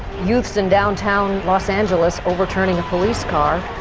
youths in downtown los angeles overturning a police car,